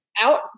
out